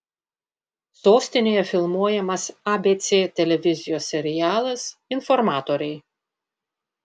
sostinėje filmuojamas abc televizijos serialas informatoriai